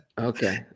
Okay